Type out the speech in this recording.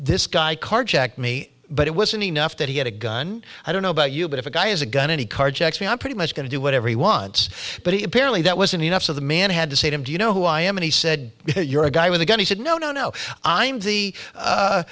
this guy carjacked me but it wasn't enough that he had a gun i don't know about you but if a guy has a gun any carjacks me i'm pretty much going to do whatever he wants but he apparently that wasn't enough of the man had to say to him do you know who i am and he said you're a guy with a gun he said no no no i'm the